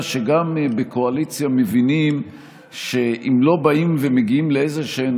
שגם בקואליציה מבינים שאם לא באים ומגיעים לאיזשהן